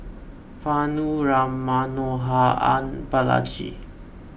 Vanu Ram Manohar and Balaji